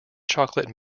chocolate